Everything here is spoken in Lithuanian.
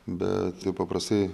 bet jau paprastai